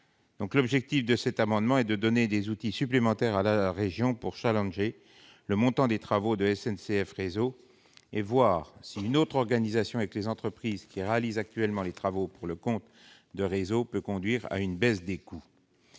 la ligne. Cet amendement vise à donner des outils supplémentaires à la région pour « challenger » le montant des travaux de SNCF Réseau et pour voir si une autre organisation avec les entreprises qui réalisent actuellement les travaux pour le compte de Réseau pourrait conduire à une baisse des coûts.